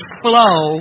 flow